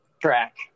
track